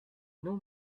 non